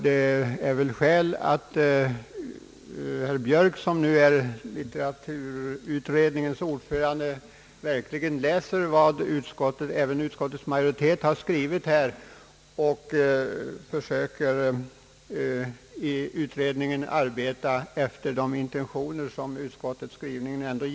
Det finns skäl för att herr Björk, som ju är litteraturutredningens ordförande, verkligen läser även vad utskottets majoritet har skrivit och försöker att i utredningen arbeta efter de intentioner som utskottets skrivning ger uttryck åt.